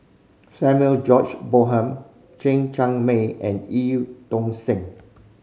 Samuel George Bonham Chen Cheng Mei and Eu Tong Sen